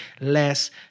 less